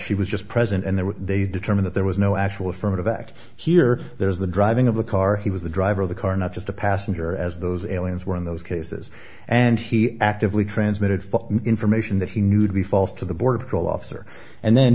she was just present and there were they determine that there was no actual affirmative act here there's the driving of the car he was the driver of the car not just the passenger as those aliens were in those cases and he actively transmitted full information that he knew to be false to the border patrol officer and then